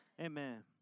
Amen